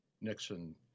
Nixon